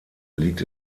liegt